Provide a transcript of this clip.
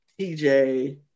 TJ